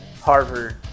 Harvard